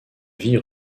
vie